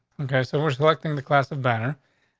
okay, so we're selecting the class of banner,